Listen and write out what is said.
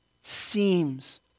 Seems